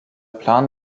plan